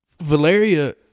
Valeria